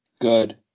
Good